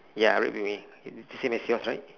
ya red bikini same as yours right